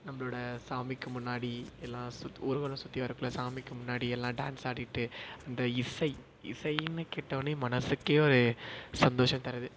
நம்பளோட சாமிக்கு முன்னாடி எல்லாம் சுத் ஊர்வலம் சுற்றிவரக்குள்ள சாமிக்கு முன்னாடி எல்லாம் டான்ஸ் ஆடிகிட்டு இந்த இசை இசைன்னு கேட்டோன்னே மனசுக்கே ஒரு சந்தோசம் தருது